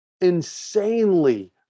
insanely